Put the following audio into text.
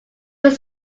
was